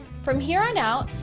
from here on out,